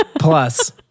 plus